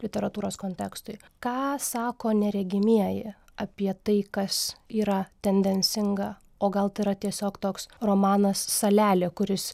literatūros kontekstui ką sako neregimieji apie tai kas yra tendencinga o gal tėra tiesiog toks romanas salelė kuris